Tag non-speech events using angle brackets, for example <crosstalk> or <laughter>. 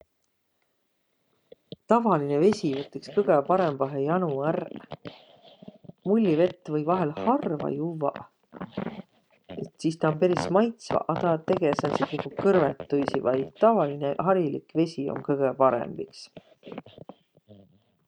Tavalinõ <noise> vesi võtt <noise> iks kõgõ parõmbahe jano ärq. <noise> Mullivett <noise> või harva juvvaq. <noise> Et sis taa om peris maitsva, <noise> a taa tege sääntse nigu <noise> kõrvõtuisi vai. <noise> Tavalinõ, harilik vesi <noise> om kõgõ parõmb iks. <noise>